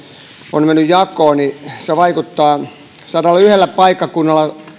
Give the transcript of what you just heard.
on mennyt jakoon vaikuttaa sadallayhdellä paikkakunnalla